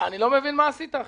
אפשר